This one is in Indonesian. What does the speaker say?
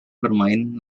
bermain